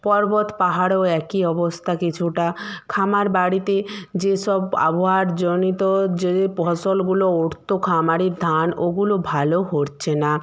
পর্বত পাহাড়েও একই অবস্থা কিছুটা খামার বাড়িতে যেসব আবহাওয়ারজনিত যে ফসলগুলো উঠত খামারের ধান ওগুলো ভালো হচ্ছে না